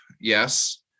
yes